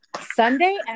Sunday